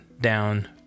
down